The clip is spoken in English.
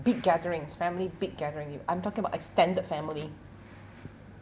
big gatherings family big gathering you I'm talking about extended family